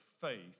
faith